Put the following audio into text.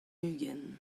ugent